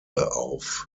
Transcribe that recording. auf